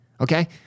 Okay